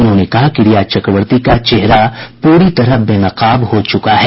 उन्होंने कहा कि रिया चक्रवती का चेहरा पूरी तरह बेनकाब हो चुका है